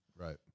Right